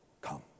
come